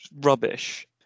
Rubbish